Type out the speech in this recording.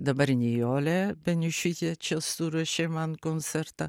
dabar nijolė beniušytė čia suruošė man koncertą